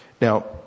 Now